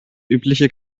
übliche